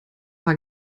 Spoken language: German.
war